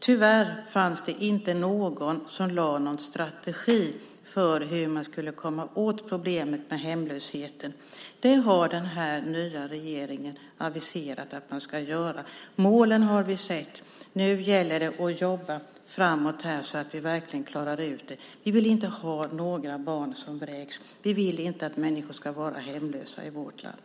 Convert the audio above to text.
Tyvärr fanns det inte någon som lade fram någon strategi för hur man skulle komma åt problemet med hemlösheten. Det har den nya regeringen aviserat att man ska göra. Målen har vi sett. Nu gäller det att jobba framåt så att vi verkligen klarar av det. Vi vill inte ha några barn som vräks. Vi vill inte att människor ska vara hemlösa i vårt land.